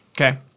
Okay